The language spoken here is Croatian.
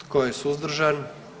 Tko je suzdržan?